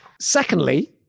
Secondly